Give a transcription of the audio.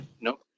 No